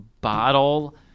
bottle